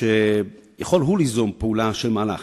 שיכול הוא ליזום פעולה, מהלך.